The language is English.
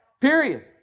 period